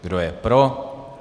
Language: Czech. Kdo je pro?